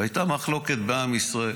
הייתה מחלוקת בעם ישראל: